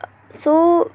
so